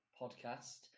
podcast